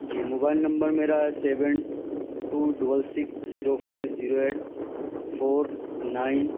جی mobile number میرا ہے seven two double six zero five zero eight four nine